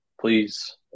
please